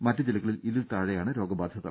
മറ്റ് ജില്ലകളിൽ ഇതിൽ താഴെയാണ് രോഗബാധിതർ